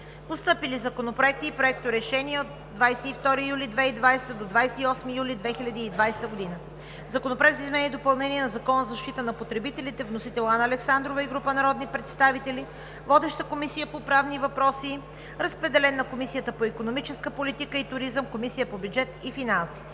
Постъпили законопроекти и проекторешения от 22 до 28 юли 2020 г.: Законопроект за изменение и допълнение на Закона за защита на потребителите. Вносител – Анна Александрова и група народни представители. Водеща е Комисията по правни въпроси. Разпределен е и на Комисията по икономическа политика и туризъм, Комисията по бюджет и финанси.